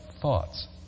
thoughts